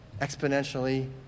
exponentially